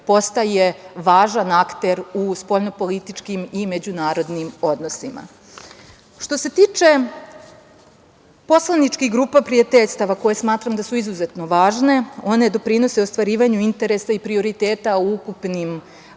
postaje važan akter u spoljnopolitičkim i međunarodnim odnosima. Što se tiče poslaničkih grupa prijateljstva koje smatram da su izuzetno važne, one doprinose ostvarivanju interesa i prioriteta u ukupnim